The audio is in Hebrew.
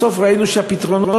בסוף ראינו שהפתרונות,